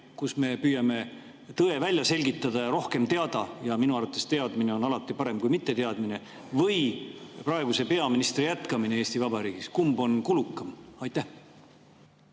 kus me püüame tõe välja selgitada ja rohkem teada [saada] – minu arvates on teadmine alati parem kui mitteteadmine –, või praeguse peaministri jätkamine Eesti Vabariigis? Kumb on kulukam? Aitäh!